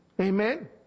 Amen